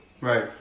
Right